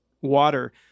water